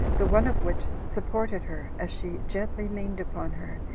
the one of which supported her, as she gently leaned upon her,